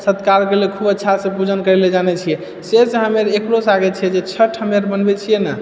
सत्कारो करल खूब अच्छासे भोजन करल जानै छियै से सभमे एकरोसँ आगे छियै जे छठ हम आर मनबै छियै ने